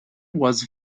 was